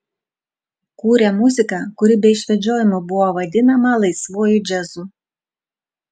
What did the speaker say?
kūrė muziką kuri be išvedžiojimų buvo vadinama laisvuoju džiazu